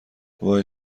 وای